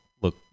look